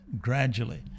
gradually